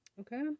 Okay